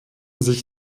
sich